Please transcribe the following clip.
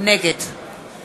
נגד